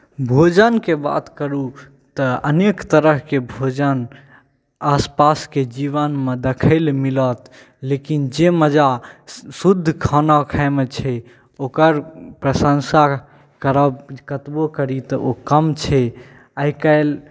भोजनकेँ बात करू तऽ अनेक तरहके भोजन आसपास के जीवनमे देखय लए मिलत लेकिन जे मजा शुद्ध खाना खाएमे छै ओकर प्रशंसा करब कतबो करी तऽ ओ कम छै आई काल्हि